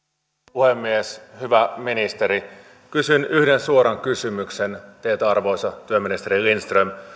puhemies hyvä ministeri kysyn yhden suoran kysymyksen teiltä arvoisa työministeri lindström